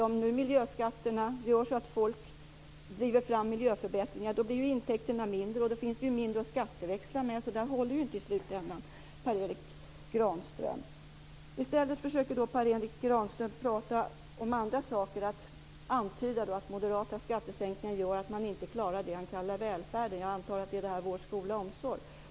Om miljöskatterna gör så att folk driver fram miljöförbättringar blir intäkterna mindre. Då finns det mindre att skatteväxla med. Det håller inte i slutändan, Per Erik Granström. I stället försöker Per Erik Granström prata om andra saker. Han antyder att moderata skattesänkningar gör att man inte klarar det han kallar välfärden. Jag antar att det handlar om vård, skola och omsorg.